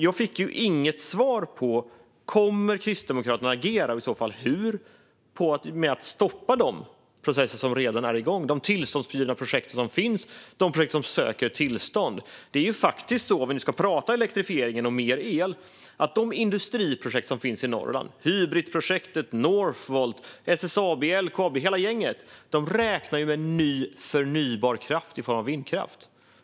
Jag fick inget svar på om Kristdemokraterna kommer att agera - och i så fall hur - för att stoppa de processer som redan är igång, de tillståndsgivna projekt som finns och de projekt som söker tillstånd. Det är ju faktiskt så, om vi nu ska prata elektrifiering och mer el, att de industriprojekt som finns i Norrland - Hybritprojektet, Northvolt, SSAB, LKAB, hela gänget - räknar med ny förnybar kraft i form av vindkraft.